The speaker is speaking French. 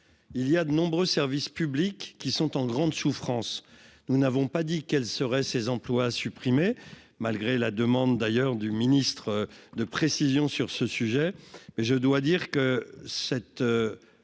il y a de nombreux services publics qui sont en grande souffrance, nous n'avons pas dit quelles seraient ces emplois supprimés malgré la demande d'ailleurs du ministre de précisions sur ce sujet, mais je dois dire que cet